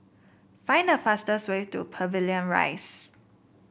find the fastest way to Pavilion Rise